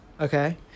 Okay